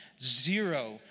zero